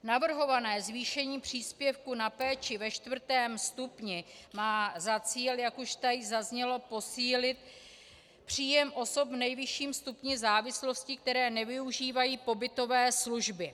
Navrhované zvýšení příspěvku na péči ve čtvrtém stupni má za cíl, jak už tady zaznělo, posílit příjem osob v nejvyšším stupni závislosti, které nevyužívají pobytové služby.